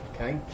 Okay